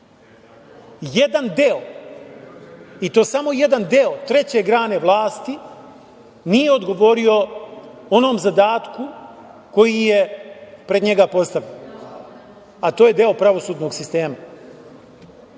stav. Jedan deo, i to samo jedan deo treće grane vlasti, nije odgovorio onom zadatku koji je pred njega postavljen, a to je deo pravosudnog sistema.